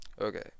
okay